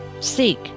Seek